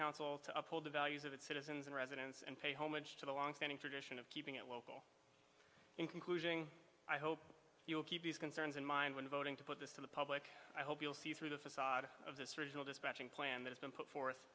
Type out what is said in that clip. council to uphold the values of its citizens and residents and pay homage to the longstanding tradition of keeping it local in conclusion i hope you will keep these concerns in mind when voting to put this to the public i hope you'll see through the facade of this original dispatching plan that's been put forth